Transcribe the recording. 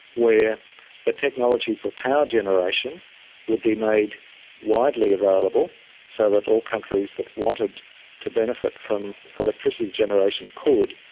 where the technology for power generation would be made widely available so that all countries that wanted to benefit from electricity generation could,